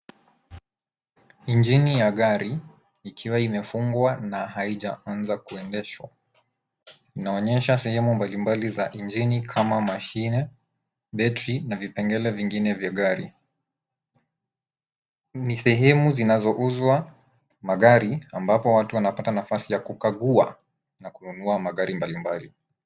Injini ya gari, ikiwa imefungwa na haijaanza kuendeshwa. Inaonyesha sehemu mbalimbali za injini kama mashine, battery na vipengele vingine vya gari. Ni sehemu zinazouzwa magari, ambapo watu wanapata nafasi ya kukagua na kununua magari mbalimbali.